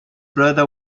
brother